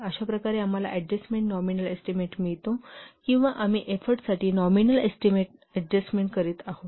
अशाप्रकारे आम्हाला adjustment nominal estimate मिळतो किंवा आम्ही एफोर्टसाठी नॉमिनल एस्टीमेट अडजस्टमेन्ट करीत आहोत